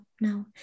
no